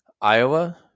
Iowa